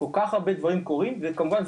כל כך הרבה דברים קורים וכמובן,